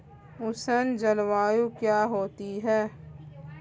उष्ण जलवायु क्या होती है?